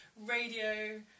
radio